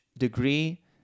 degree